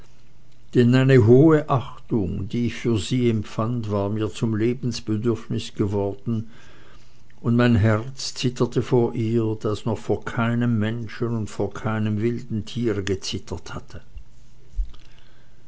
denn eine hohe achtung die ich für sie empfand war mir zum lebensbedürfnis geworden und mein herz zitterte vor ihr das noch vor keinem menschen und vor keinem wilden tiere gezittert hatte